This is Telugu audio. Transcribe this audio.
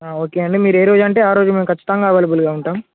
ఓకే అండి మీరు ఏ రజు అంటే ఆ రోజు ఖచ్చితంగా అవైలబుల్గా ఉంటాం